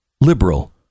Liberal